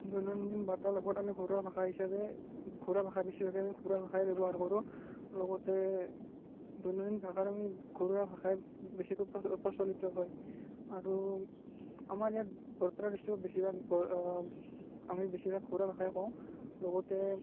দৈনন্দিন বাৰ্তালাপত আমি ঘৰুৱা ভাষা হিচাপে ঘৰুৱা ভাষা বেছিভাগে আমি ঘৰুৱা ভাষাই ব্য়ৱহাৰ কৰোঁ লগতে দৈনন্দিন ভাষাৰ আমি ঘৰুৱা ভাষাই বেছিকৈ প্ৰচলিত হয় আৰু আমাৰ ইয়াত বৰপেটা ডিষ্ট্ৰিকত বেছিভাগ বৰ আমি বেছিভাগ ঘৰুৱা ভাষাই কওঁ লগতে